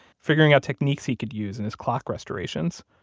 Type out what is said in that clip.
figuring out techniques he could use in his clock restorations.